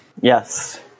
Yes